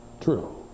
true